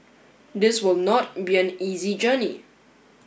this will not be an easy journey